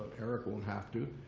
eric won't have to.